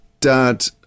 dad